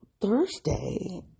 Thursday